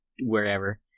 wherever